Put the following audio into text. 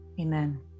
Amen